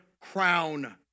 crown